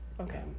Okay